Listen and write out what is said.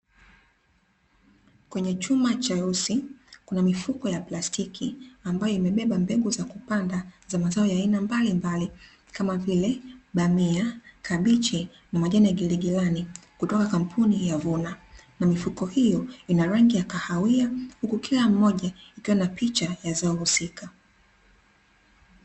Kwenye chuma cheusi kuna mifuko ya plastiki, ambayo imebeba mbegu za kupanda za mazao ya aina mbalimbali kama vile bamia, kabichi na majani ya girigilani kutoka kampuni ya Vuna na mifuko hiyo ina rangi ya kahawia huku kila mmoja ikiwa ina picha ya zao husika .